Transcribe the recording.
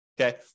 okay